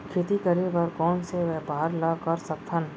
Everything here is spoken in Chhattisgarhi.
खेती करे बर कोन से व्यापार ला कर सकथन?